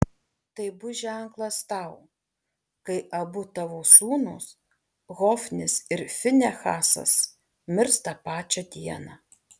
tai bus ženklas tau kai abu tavo sūnūs hofnis ir finehasas mirs tą pačią dieną